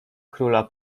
króla